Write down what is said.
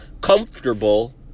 comfortable